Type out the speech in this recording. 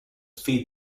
feed